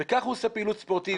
וככה הוא עושה פעילות ספורטיבית.